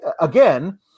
again